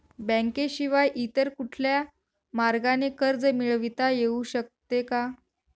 बँकेशिवाय इतर कुठल्या मार्गाने कर्ज मिळविता येऊ शकते का?